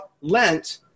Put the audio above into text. Lent